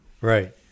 Right